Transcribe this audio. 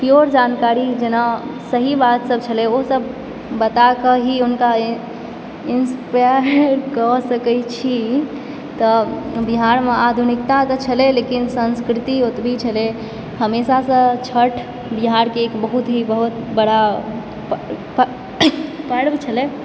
pure जानकारी जेना सही बातसभ छलय लेकिन सभ बताके ही हुनका इन्स्पाइअरकऽ सकैत छी तऽ बिहारमे आधुनिकता तऽ छलय लेकिन संस्कृति ओतबय छलय हमेशासँ छठि बिहारके एक प्रमुख ही बहुत बड़ा पर्व छलय